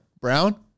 brown